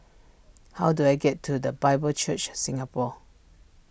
how do I get to the Bible Church Singapore